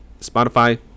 spotify